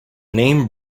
name